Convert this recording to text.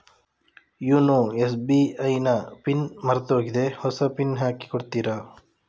YONO SBI ನ PIN ಮರ್ತೋಗಿದೆ ಹೊಸ ಪಿನ್ ಹಾಕಿ ಕೊಡ್ತೀರಾ?